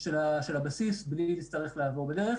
של הבסיס בלי להצטרך לעבור רכבת.